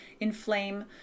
inflame